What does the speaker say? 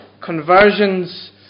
conversions